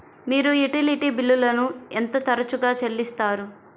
మీరు యుటిలిటీ బిల్లులను ఎంత తరచుగా చెల్లిస్తారు?